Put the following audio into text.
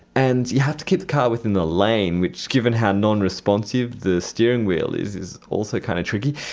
and you have to keep the car within the lane, which given how non-responsive the steering wheel is is also kind of tricky.